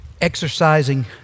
exercising